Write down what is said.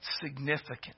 significant